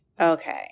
Okay